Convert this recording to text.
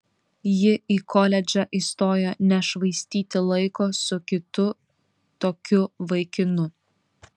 ji į koledžą įstojo nešvaistyti laiko su kitu tokiu vaikinu